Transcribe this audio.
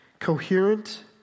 Coherent